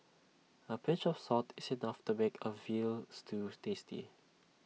A pinch of salt is enough to make A Veal Stew tasty